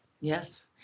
Yes